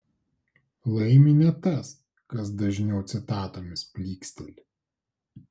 laimi ne tas kas dažniau citatomis plyksteli